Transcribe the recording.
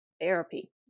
therapy